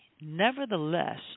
nevertheless